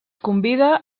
convida